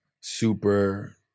super